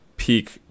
Peak